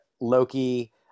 loki